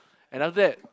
and after that